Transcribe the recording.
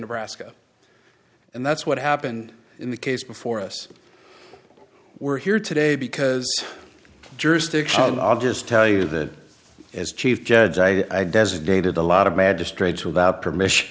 nebraska and that's what happened in the case before us we're here today because jurisdiction i'll just tell you that as chief judge i designated a lot of magistrates without permission